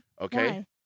Okay